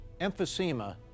emphysema